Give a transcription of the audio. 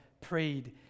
prayed